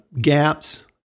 gaps